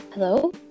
Hello